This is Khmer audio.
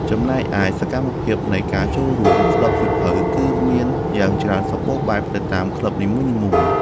ចំណែកឯ សកម្មភាពនៃការចូលរួម ក្លឹបសៀវភៅគឺមានយ៉ាងច្រើនសម្បូរបែបទៅតាមក្លឹបនីមួយៗ។